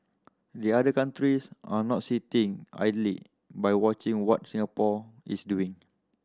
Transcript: the other countries are not sitting idly by watching what Singapore is doing